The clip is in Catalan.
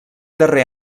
darrer